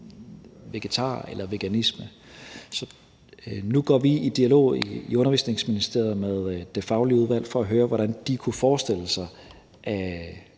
vegetarer eller veganisme. Nu går vi i dialog i Undervisningsministeriet med det faglige udvalg for at høre, hvad de kunne forestille sig